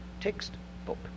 textbook